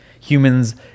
humans